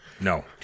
No